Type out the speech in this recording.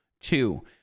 Two